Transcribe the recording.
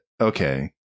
Okay